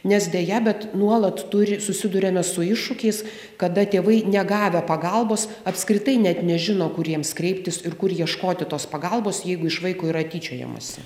nes deja bet nuolat turi susiduriame su iššūkiais kada tėvai negavę pagalbos apskritai net nežino kur jiems kreiptis ir kur ieškoti tos pagalbos jeigu iš vaiko yra tyčiojamasi